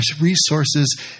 resources